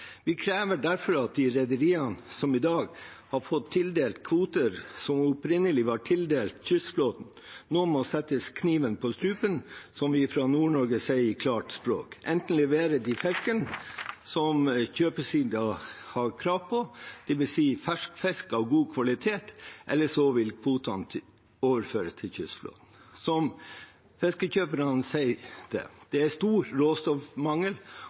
Vi krever derfor at man nå setter kniven på strupen – som vi fra Nord-Norge sier i klart språk – på de rederiene som i dag har blitt tildelt kvoter som opprinnelig var tildelt kystflåten: Enten leverer de fisken som kjøpersiden har krav på, dvs. fersk fisk av god kvalitet, ellers vil kvotene overføres til kystflåten. Som fiskekjøperne sier det: Det er stor råstoffmangel,